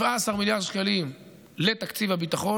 17 מיליארד שקלים לתקציב הביטחון,